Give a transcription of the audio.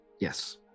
Yes